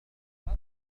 أردت